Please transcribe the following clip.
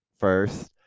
first